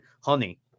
honey